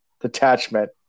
detachment